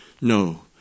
No